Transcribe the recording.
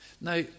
Now